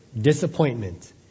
Disappointment